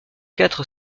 quatre